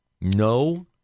No